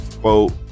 Quote